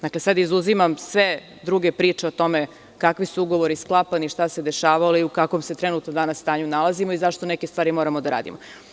Dakle, sada izuzimam sve druge priče o tome kakvi su ugovori sklapani, šta se dešavalo i u kakvom se trenutno danas stanju nalazimo i zašto neke stvari moramo da radimo.